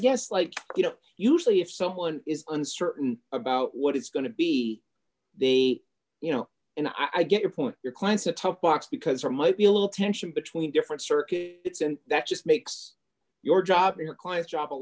guess like you know usually if someone is uncertain about what it's going to be they you know and i get your point your clients to talk box because there might be a little tension between different circuits and that just makes your job your clients job a